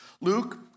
Luke